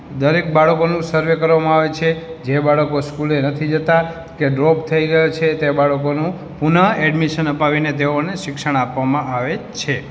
દરેક બાળકોનું સર્વે કરવામાં આવે છે જે બાળકો સ્કૂલે નથી જતાં કે ડ્રોપ થઇ ગયા છે તે બાળકોનું પુનઃ ઍડમિશન અપાવીને તેઓને શિક્ષણ આપવામાં આવે છે